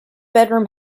bedroom